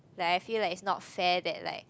like I feel like it is not fair that like